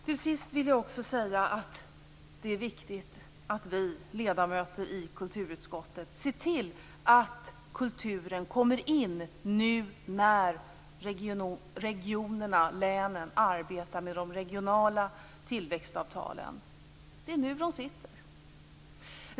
Till sist vill jag också säga att det är viktigt att vi ledamöter i kulturutskottet ser till att kulturen kommer in nu när regionerna, länen arbetar med de regionala tillväxtavtalen. Det är nu de sitter.